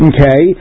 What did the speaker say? Okay